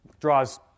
draws